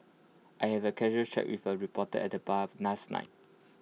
I had A casual chat with A reporter at the bar last night